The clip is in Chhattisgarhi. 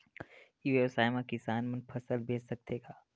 ई व्यवसाय म किसान मन फसल बेच सकथे का?